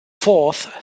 fourth